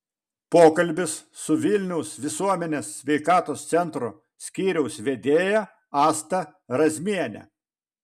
pokalbis su vilniaus visuomenės sveikatos centro skyriaus vedėja asta razmiene